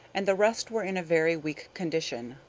and the rest were in a very weak condition.